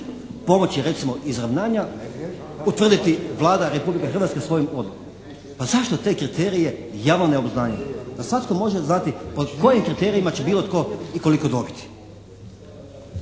pomoći recimo izravnanja utvrditi Vlada Republike Hrvatske svojom odlukom. Pa zašto te kriterije javno ne obznanimo da svatko može znati po kojim kriterijima će bilo tko i koliko dobiti.